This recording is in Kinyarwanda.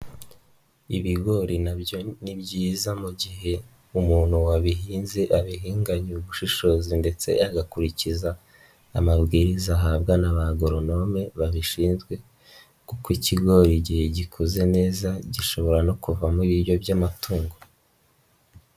Ibigori na byo ni byiza mu gihe umuntu wabihinze abihinganya ubushishozi ndetse agakurikiza amabwiriza ahabwa n'abagoronome babishinzwe kuko ikigori igihe gikuze neza gishobora no kuvamo ibiryo by'amatungo.